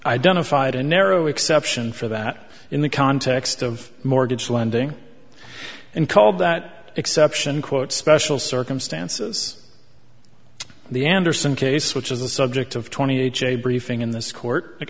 identified a narrow exception for that in the context of mortgage lending and called that exception quote special circumstances the andersen case which is the subject of twenty ha briefing in this court